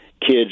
kids